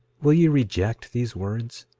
will ye reject these words?